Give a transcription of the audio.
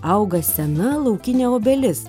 auga sena laukinė obelis